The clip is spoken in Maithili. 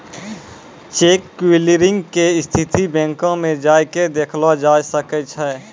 चेक क्लियरिंग के स्थिति बैंको मे जाय के देखलो जाय सकै छै